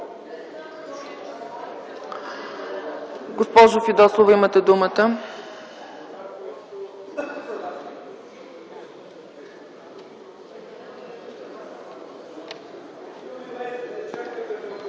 Госпожо Фидосова, имате думата.